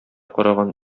караган